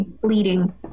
bleeding